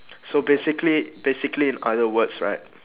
so basically basically in other words right